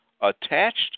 attached